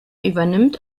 übernimmt